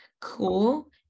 Cool